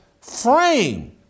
frame